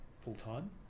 full-time